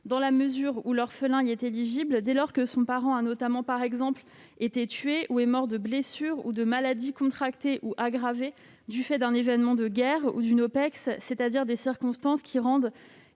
dans la mesure où l'orphelin y est éligible dès lors que son parent a notamment été tué ou est mort de blessures ou de maladies contractées ou aggravées du fait d'un événement de guerre ou d'une OPEX, c'est-à-dire dans des circonstances le rendant